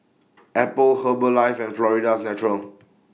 Apple Herbalife and Florida's Natural